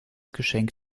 geschenk